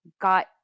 got